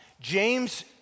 James